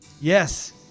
Yes